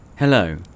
Hello